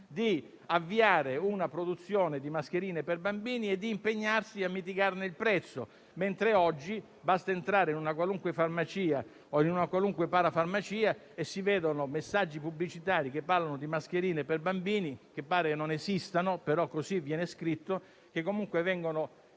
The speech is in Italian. di avviare una produzione di mascherine per bambini e di impegnarsi a mitigarne il prezzo. Mentre oggi basta entrare in una qualunque farmacia o parafarmacia per vedere messaggi pubblicitari che parlano di mascherine per bambini (che pare non esistano, però così viene scritto), che vengono